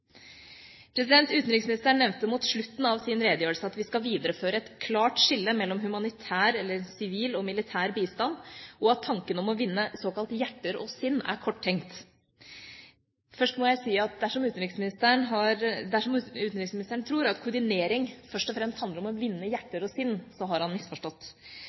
Utenriksministeren nevnte mot slutten av sin redegjørelse at vi skal videreføre et klart skille mellom humanitær – eller sivil – og militær bistand, og at tanken om å vinne såkalte hjerter og sinn er korttenkt. Først må jeg si at dersom utenriksministeren tror at koordinering først og fremst handler om å vinne hjerter og sinn, så har han misforstått.